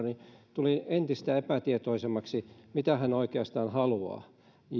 niin tulin entistä epätietoisemmaksi siitä mitä hän oikeastaan haluaa